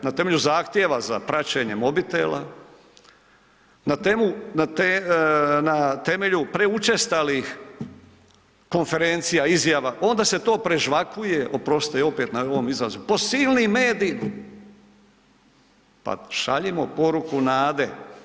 Na temelju zahtjeva za praćenje mobitelja, na temelju preučestalih konferencija, izjava, onda se to prežvakuje, oprostite opet na ovom izrazu, po silnim mediji, pa šaljimo poruku nade.